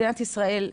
מדינת ישראל,